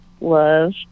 love